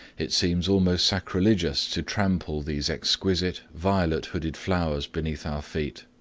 it seems almost sacrilegious to trample these exquisite violet-hooded flowers beneath our feet.